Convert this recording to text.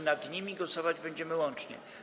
Nad nimi głosować będziemy łącznie.